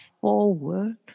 forward